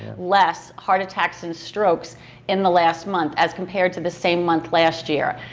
less heart attacks and strokes in the last month as compared to the same month last year.